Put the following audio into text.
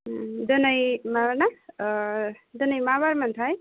दिनै माबाना दिनै मा बारमोनथाय